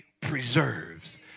preserves